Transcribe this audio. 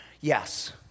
Yes